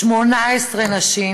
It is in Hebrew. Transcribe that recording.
18 נשים